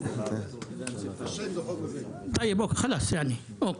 טוב, אוקיי.